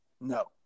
No